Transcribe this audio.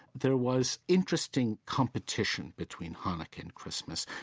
there was interesting competition between hanukkah and christmas.